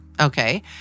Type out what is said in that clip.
Okay